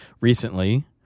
recently